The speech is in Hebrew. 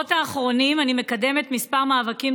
בשבועות האחרונים אני מקדמת כמה מאבקים